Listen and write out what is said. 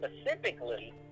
specifically